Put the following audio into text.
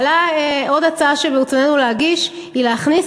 עוד הצעה שברצוננו להגיש היא להכניס